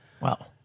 Wow